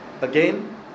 Again